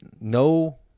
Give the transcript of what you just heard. no